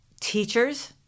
teachers